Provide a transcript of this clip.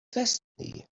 destiny